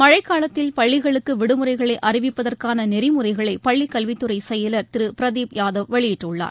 மழைக் காலத்தில் பள்ளிகளுக்கு விடுமுறைகளை அறிவிப்பதற்கான நெறிமுறைகளை பள்ளிக் கல்வித்துறை செயலர் திரு பிரதீப் யாதவ் வெளியிட்டுள்ளார்